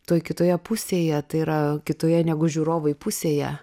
toj kitoje pusėje tai yra kitoje negu žiūrovai pusėje